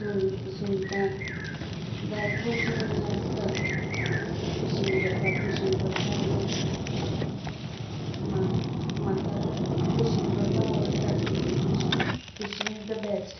सुंग सुंगटां जायत अशें हे आसता फिशींग करपाक फिशींग करपा हे म्हा म्हाका फिशींग करपा आवडटा fish fishing is the best